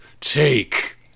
take